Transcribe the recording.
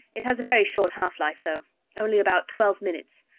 it has a very short half-life, though only about twelve minutes.